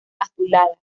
azulada